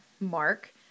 mark